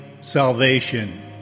salvation